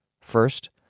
First